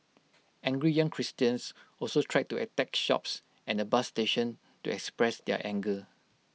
angry young Christians also tried to attack shops and A bus station to express their anger